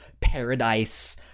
paradise